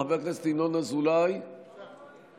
חבר הכנסת ינון אזולאי, בבקשה.